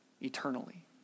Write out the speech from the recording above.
eternally